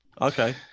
Okay